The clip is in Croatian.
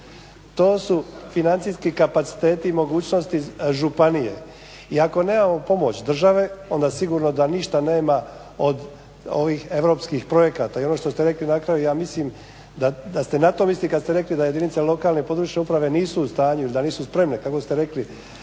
To su financijski kapaciteti i mogućnosti županije. I ako nemamo pomoć države onda sigurno da ništa nema od ovih europskih projekata i ono što ste rekli na kraju ja mislim da ste na to mislili kad ste rekli da jedinice lokalne i područne uprave nisu u stanju il da nisu spremne za to može